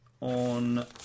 on